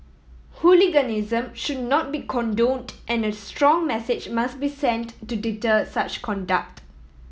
hooliganism should not be condoned and a strong message must be sent to deter such conduct